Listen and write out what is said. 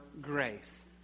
grace